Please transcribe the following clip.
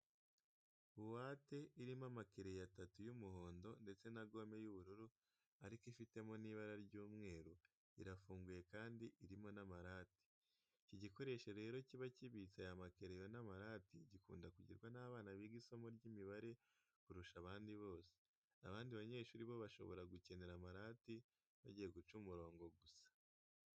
Buwate irimo amakereyo atatu y'umuhondo ndetse na gome y'ubururu ariko ifitemo n'ibara ry'umweru, irafunguye kandi irimo n'amarati. Iki gikoresho rero kiba kibitse aya makereyo n'amarati gikunda kugirwa n'abana biga isomo ry'imibare kurusha abandi bose. Abandi banyeshuri bo bashobora gukenera amarati bagiye guca imirongo gusa.